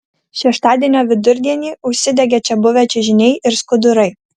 šeštadienio vidurdienį užsidegė čia buvę čiužiniai ir skudurai